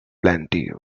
plenty